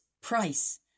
price